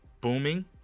booming